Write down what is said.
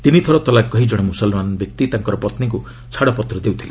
ତିନି ଥର ତଲାକ୍ କହି ଜଣେ ମୁସଲମାନ ବ୍ୟକ୍ତି ତାଙ୍କର ପତ୍ନୀଙ୍କୁ ଛାଡ଼ପତ୍ର ଦେଇପାରୁଥିଲେ